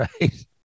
Right